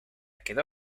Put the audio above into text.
quedó